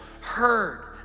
heard